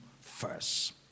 first